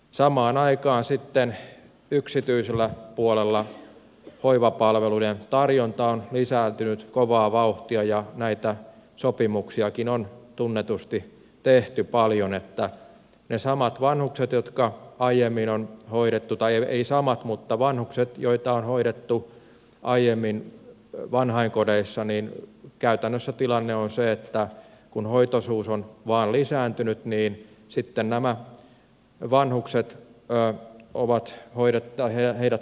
samaan aikaan sitten yksityisellä puolella hoivapalveluiden tarjonta on lisääntynyt kovaa vauhtia ja näitä sopimuksiakin on tunnetusti tehty paljon niin että ne samat vanhukset jotka aiemmin on hoidettu tai ellei samat niillä vanhuksilla joita on hoidettu aiemmin vanhainkodeissa käytännössä tilanne on se että kun hoitoisuus on vain lisääntynyt niin sitten nämä vanhukset pään ovat hoidettavina ja heidät